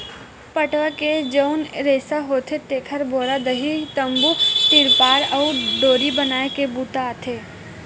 पटवा के जउन रेसा होथे तेखर बोरा, दरी, तम्बू, तिरपार अउ डोरी बनाए के बूता आथे